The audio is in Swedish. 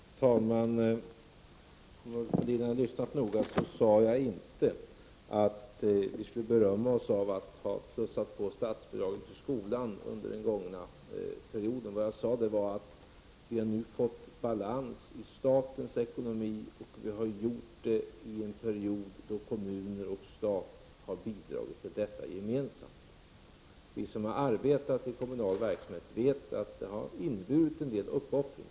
Herr talman! Om Ulf Melin hade lyssnat noga hade han hört att regeringen inte berömt sig av att ha ökat statsbidragen till skolan under den gångna perioden. Det jag sade var att vi nu har fått balans i statens ekonomi och att kommuner och stat har bidragit till detta gemensamt. Vi som har arbetat inom kommunal verksamhet vet att det har inneburit endel uppoffringar.